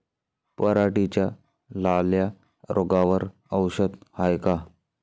पराटीच्या लाल्या रोगावर औषध हाये का?